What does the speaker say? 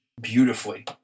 beautifully